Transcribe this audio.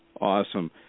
Awesome